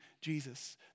Jesus